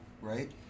right